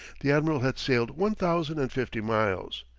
the admiral had sailed one thousand and fifty miles.